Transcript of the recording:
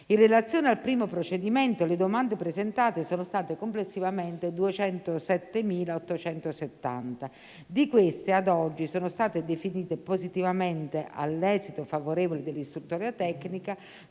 In relazione al primo procedimento, le domande presentate sono state complessivamente 207.870. Di queste, ad oggi, sono state definite positivamente, all'esito favorevole dell'istruttoria tecnica